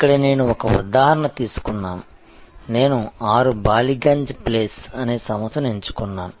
ఇక్కడ నేను ఒక ఉదాహరణ తీసుకున్నాను నేను 6 బాలిగంజ్ ప్లేస్ అనే సంస్థను ఎంచుకున్నాను